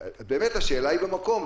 השאלה היא באמת במקום.